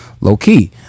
low-key